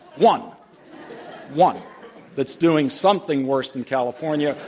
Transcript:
one one that's doing something worse than california,